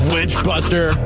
Witchbuster